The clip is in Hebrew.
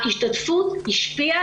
ההשתתפות השפיעה,